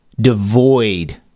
devoid